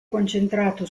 concentrato